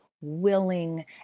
willing